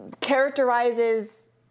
characterizes